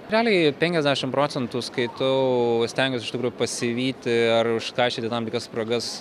realiai penkiasdešimt procentų skaitau stengiuosi iš tikrųjų pasivyti ar užkaišyti tam tikras spragas